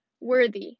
worthy